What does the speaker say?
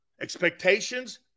Expectations